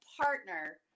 partner